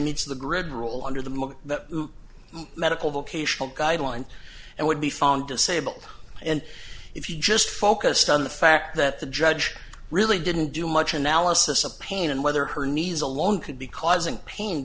needs the grid rule under the most medical vocational guidelines and would be found disabled and if you just focused on the fact that the judge really didn't do much analysis of pain and whether her knees along could be causing pain